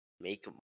make